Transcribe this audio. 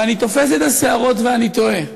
ואני תופס את השערות ואני תוהה: